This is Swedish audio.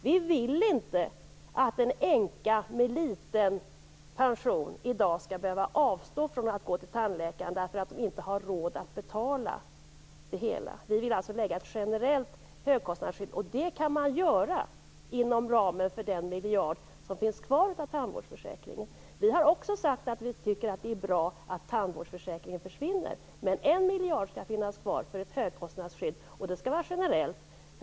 Vi vill inte att en änka med liten pension skall behöva avstå från att gå till tandläkaren därför att hon inte har råd att betala. Vi vill alltså lägga fram ett generellt högkostnadsskydd. Det kan man göra inom ramen för den miljard som finns kvar av tandvårdsförsäkringen. Vi har också sagt att vi tycker att det är bra att tandvårdsförsäkringen försvinner, men 1 miljard skall finnas kvar för ett högkostnadsskydd, och det skall vara generellt.